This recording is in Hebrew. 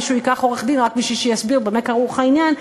מישהו ייקח עורך-דין רק בשביל שיסביר במה כרוך העניין,